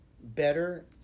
better